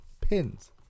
Pins